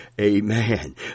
Amen